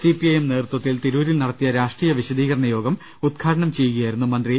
C P I M നേതൃത്വ ത്തിൽ തിരൂരിൽ നടത്തിയ രാഷ്ട്രീയ വിശദീകരണ യോഗം ഉദ്ഘാടനം ചെയ്യുക യായിരുന്നു അദ്ദേഹം